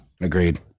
agreed